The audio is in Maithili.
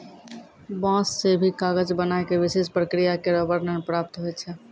बांस सें भी कागज बनाय क विशेष प्रक्रिया केरो वर्णन प्राप्त होय छै